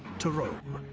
to rome.